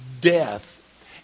death